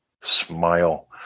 smile